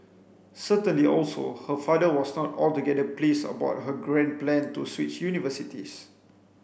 certainly also her father was not altogether pleased about her grand plan to switch universities